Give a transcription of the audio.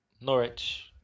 Norwich